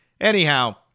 Anyhow